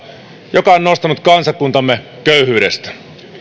joka on nostanut kansakuntamme köyhyydestä suomi